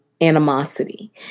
animosity